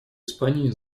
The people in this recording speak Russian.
испании